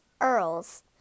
earls